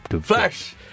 Flash